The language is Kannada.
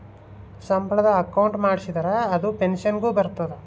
ಸಂಬಳದ ಅಕೌಂಟ್ ಮಾಡಿಸಿದರ ಅದು ಪೆನ್ಸನ್ ಗು ಬರ್ತದ